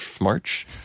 March